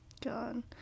God